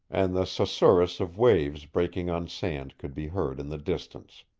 and the susurrus of waves breaking on sand could be heard in the distance.